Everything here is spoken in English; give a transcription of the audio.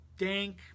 Dank